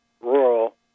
rural